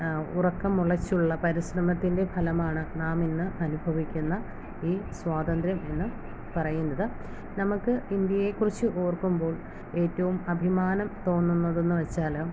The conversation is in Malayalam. ഉറക്കമുളച്ചുള്ള പരിശ്രമത്തിൻ്റെ ഫലമാണ് നാം ഇന്ന് അനുഭവിക്കുന്ന ഈ സ്വാതന്ത്ര്യം എന്ന് പറയുന്നത് നമുക്ക് ഇന്ത്യയേ കുറിച്ച് ഓർക്കുമ്പോൾ ഏറ്റവും അഭിമാനം തോന്നുന്നതെന്ന് വച്ചാൽ